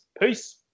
Peace